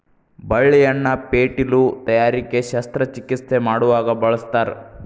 ಬಳ್ಳಿಯನ್ನ ಪೇಟಿಲು ತಯಾರಿಕೆ ಶಸ್ತ್ರ ಚಿಕಿತ್ಸೆ ಮಾಡುವಾಗ ಬಳಸ್ತಾರ